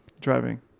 Driving